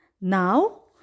Now